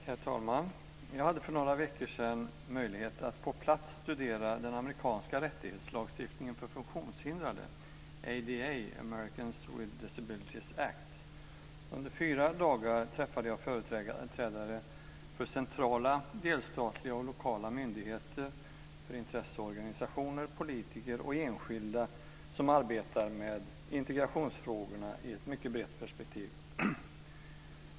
Herr talman! Jag hade för några veckor sedan möjlighet att på plats studera den amerikanska rättighetslagstiftningen för funktionshindrade, ADA - Americans with Disabilities Act. Under fyra dagar träffade jag företrädare för centrala, delstatliga och lokala myndigheter, intresseorganisationer, politiker och enskilda som arbetar med integrationsfrågorna i ett mycket brett perspektiv.